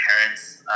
parents